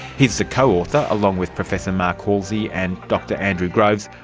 he is the co-author, along with professor mark halsey and dr andrew groves,